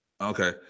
okay